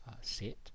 set